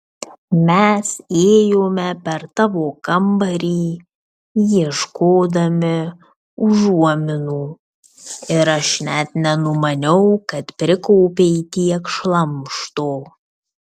mes ėjome per tavo kambarį ieškodami užuominų ir aš net nenumaniau kad prikaupei tiek šlamšto